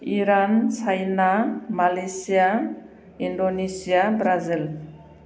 Iran China Malaysia Indonesia Brazil